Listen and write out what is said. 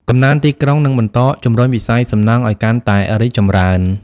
កំណើនទីក្រុងនឹងបន្តជំរុញវិស័យសំណង់ឱ្យកាន់តែរីកចម្រើន។